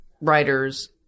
writers